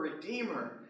redeemer